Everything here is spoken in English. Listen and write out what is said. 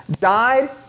died